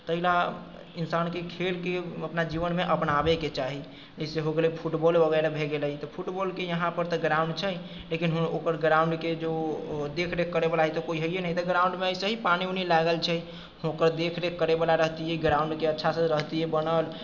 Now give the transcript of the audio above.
ताहि लेल इन्सानके खेलके अपना जीवनमे अपनाबएके चाही जैसे हो गेलै फुटबॉल वगैरह भए गेलै तऽ फुटबॉलके यहाँपर तऽ ग्राउण्ड छै लेकिन हुन ओकर ग्राउण्डके जो देख रेख करैवला है तऽ कोइ हैए नहि तऽ ग्राउण्डमे अइसे ही पानि वानि लागल छै ओकर देखरेख करैवला रहतियै ग्राउण्डके अच्छा से रहतियै बनल